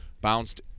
Bounced